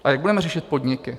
A jak budeme řešit podniky?